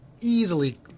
easily